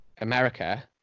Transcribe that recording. America